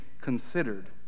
considered